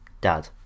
Dad